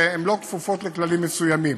שהן לא כפופות לכללים מסוימים.